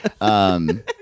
Um-